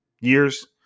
years